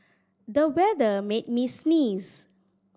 the weather made me sneeze